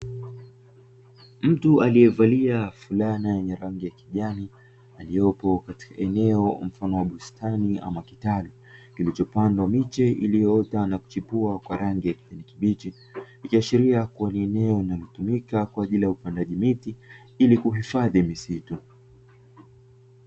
Mtu aliye valia fulana yenye rangi ya kijani aliyopo katika eneo mfano wa bustani ama kitalu kilicho pandwa miche iliyo ota na kuchipua kwa rangi ya kijani kibichi, ikiashiria kuwa ni eneo linalo tumika kwa upandaji miti ili kuhifadhi misitu.